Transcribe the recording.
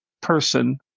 person